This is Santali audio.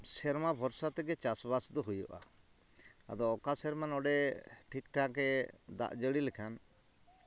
ᱥᱮᱨᱢᱟ ᱵᱷᱚᱨᱥᱟᱛᱮ ᱜᱮ ᱪᱟᱥᱵᱟᱥ ᱫᱚ ᱦᱩᱭᱩᱜᱼᱟ ᱟᱫᱚ ᱚᱠᱟ ᱥᱮᱨᱢᱟ ᱱᱚᱰᱮ ᱴᱷᱤᱠᱴᱷᱟᱠᱼᱮ ᱫᱟᱜ ᱡᱟᱹᱲᱤ ᱞᱮᱠᱷᱟᱱ